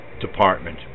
Department